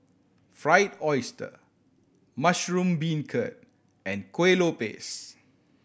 Fried Oyster mushroom beancurd and Kuih Lopes